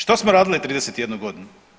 Šta smo radili 31 godinu?